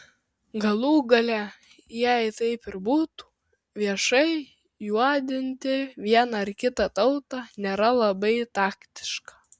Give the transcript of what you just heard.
galų gale jei taip ir būtų viešai juodinti vieną ar kitą tautą nėra labai taktiška